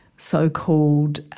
So-called